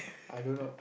I don't know